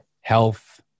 health